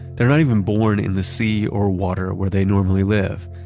they're not even born in the sea or water where they normally live.